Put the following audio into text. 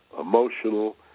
emotional